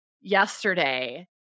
yesterday